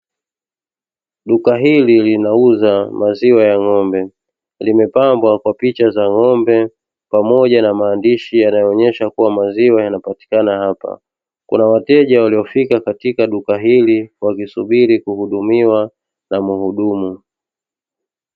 Duka hili linauza maziw aya ng'ombe, limeambwa kwa picha za ng'ombe pamoja na maandishi yanayoonesha kuwa maziwa yanapatikana hapa. Kuna wateja waliofika katika duka hili wakisubiri kuhudumiwa na muhudumu.